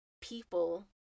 people